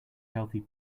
healthy